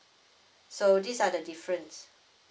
so these are the difference